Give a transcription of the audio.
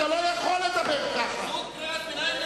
זו קריאת ביניים.